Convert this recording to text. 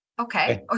Okay